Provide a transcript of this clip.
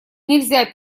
нельзя